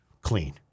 clean